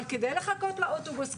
אבל כדי לחכות לאוטובוס,